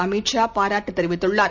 அமித் ஷா பாராட்டுத் தெரிவித்துள்ளார்